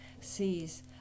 sees